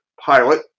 pilot